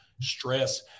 stress